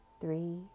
three